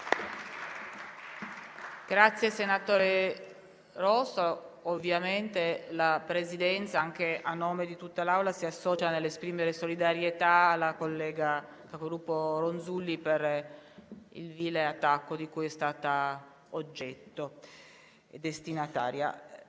Senatore Rosso, ovviamente la Presidenza, anche a nome di tutta l'Assemblea, si associa nell'esprimere solidarietà alla collega capogruppo Ronzulli per il vile attacco di cui è stata oggetto.